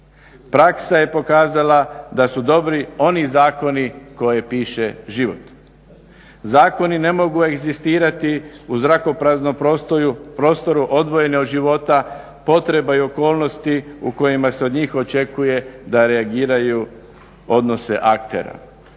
praksa je pokazala da su dobri oni zakoni koje piše život. Zakoni ne mogu egzistirati u zrakopraznom prostoru odvojeni od života, potreba i okolnosti u kojima se od njih očekuje da reagiraju odnose aktera.